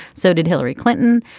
so did hillary clinton.